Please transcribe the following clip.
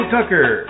Tucker